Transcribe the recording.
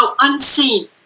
unseen